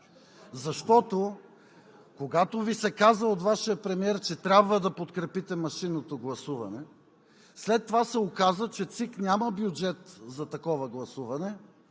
защото, когато Ви се каза от Вашия премиер, че трябва да подкрепите машинното гласуване, след това се оказа, че ЦИК няма бюджет за такова гласуване,